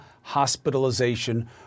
hospitalization